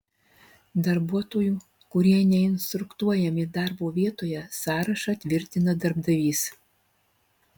darbuotojų kurie neinstruktuojami darbo vietoje sąrašą tvirtina darbdavys